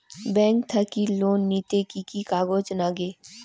Bank থাকি loan নিতে কি কি কাগজ নাগে?